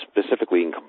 specifically